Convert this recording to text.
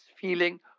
feeling